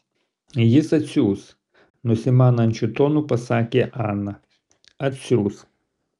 jis atsiųs nusimanančiu tonu pasakė ana atsiųs